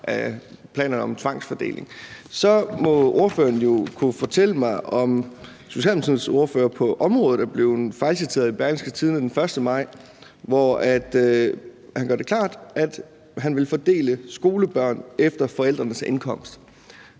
af planerne om tvangsfordeling, må ordføreren jo kunne fortælle mig, om Socialdemokratiets ordfører på området er blevet fejlciteret i Berlingske Tidende den 1. maj, hvor han gør det klart, at han vil fordele skolebørn efter forældrenes indkomst.